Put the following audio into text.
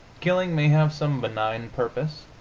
killing may have some benign purpose,